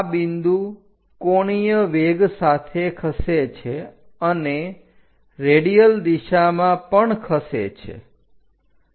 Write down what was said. આ બિંદુ કોણીય વેગ સાથે ખસે છે અને રેડિયલ દિશામાં પણ ખસે છે